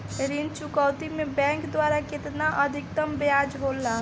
ऋण चुकौती में बैंक द्वारा केतना अधीक्तम ब्याज होला?